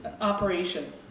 operation